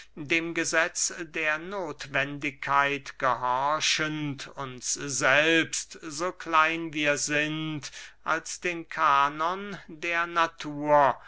dem gesetz der nothwendigkeit gehorchend uns selbst so klein wir sind als den kanon der natur